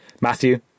Matthew